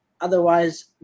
Otherwise